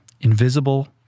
invisible